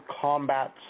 combat